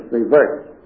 reversed